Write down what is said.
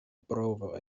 brovoj